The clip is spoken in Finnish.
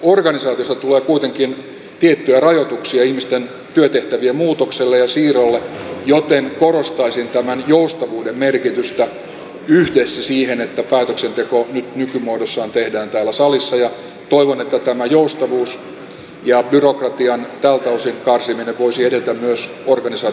organisaatiosta tulee kuitenkin tiettyjä rajoituksia ihmisten työtehtävien muutokselle ja siirrolle joten korostaisin tämän joustavuuden merkitystä yhdessä siihen että päätöksenteko nykymuodossaan tehdään täällä salissa ja toivon että tämä joustavuus ja byrokratian tältä osin karsiminen voisi edetä myös organisaatiota kehitettäessä